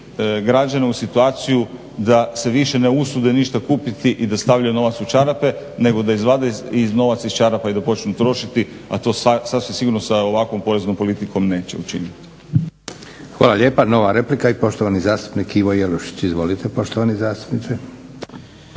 građane u situaciju da se više ne usude ništa kupiti i da stavljaju novac u čarape nego da izvade novac iz čarapa i da počnu trošiti, a to sasvim sigurno sa ovakvom poreznom politikom neće učiniti. **Leko, Josip (SDP)** Hvala lijepa. Nova replika i poštovani zastupnik Ivo Jelušić. Izvolite poštovani zastupniče.